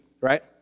right